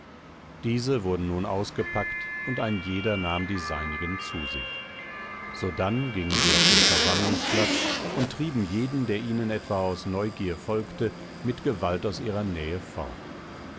diese wurden nun ausgepackt und ein jeder nahm die seinigen zu sich sodann gingen sie auf den versammlungsplatz und trieben jeden der ihnen etwa aus neugier folgte mit gewalt aus ihrer nähe fort